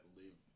live